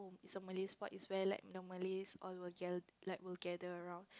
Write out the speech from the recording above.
it's a Malay sport it's very like all Malays all the way Gelab like work gather around